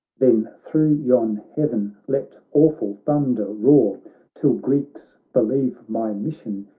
then thro' yon heaven let awful thunder roar till greeks believe my mission,